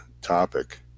topic